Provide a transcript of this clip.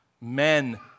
men